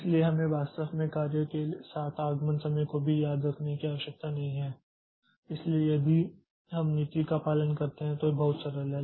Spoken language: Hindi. इसलिए हमें वास्तव में कार्य के साथ आगमन समय को भी याद रखने की आवश्यकता नहीं है इसलिए यदि हम नीति का पालन करते हैं तो यह बहुत सरल है